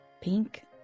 pink